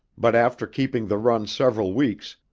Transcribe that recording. but after keeping the run several weeks,